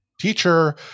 teacher